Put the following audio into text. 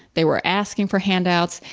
they were asking for handouts,